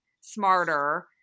smarter